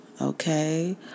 Okay